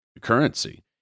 currency